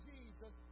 Jesus